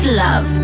love